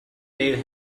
they